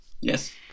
Yes